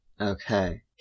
Okay